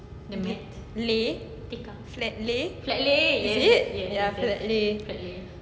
lay flat lay is it ya flat lay